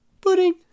pudding